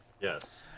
Yes